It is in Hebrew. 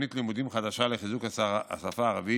תוכנית לימודים חדשה לחיזוק השפה הערבית,